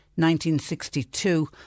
1962